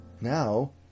Now